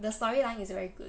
the storyline is very good